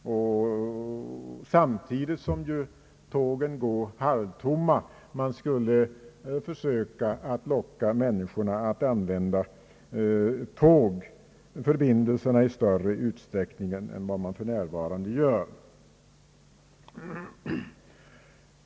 Tågen går nu halvtomma, och genom en bättre politik skulle man kanske kunna locka människor att använda tågförbindelserna i större utsträckning än de för närvarande gör.